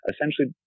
essentially